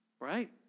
right